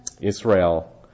Israel